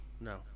No